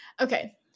Okay